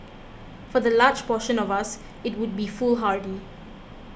for the large portion of us it would be foolhardy